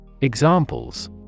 Examples